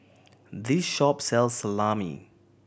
this shop sells Salami